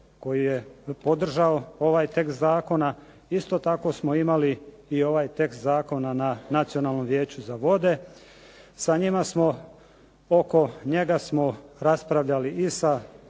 koji je podržao ovaj tekst zakona. Isto tako smo imali i ovaj tekst zakona na Nacionalnom vijeću za vode. Sa njima smo, oko njega smo raspravljali i sa